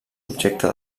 objecte